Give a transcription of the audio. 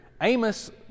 Amos